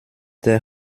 der